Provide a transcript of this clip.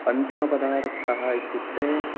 अन्तिम पदार्थः इत्युक्ते